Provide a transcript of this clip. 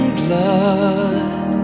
blood